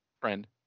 friend